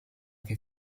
che